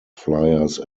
fliers